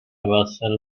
vessel